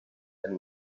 and